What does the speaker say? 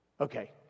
Okay